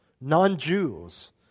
non-Jews